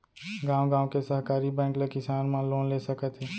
गॉंव गॉंव के सहकारी बेंक ले किसान मन लोन ले सकत हे